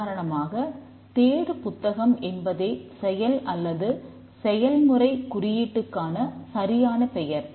உதாரணமாக தேடு புத்தகம் என்பதே செயல் அல்லது செயல்முறை குறியீட்டிற்கான சரியான பெயர்